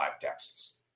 Texas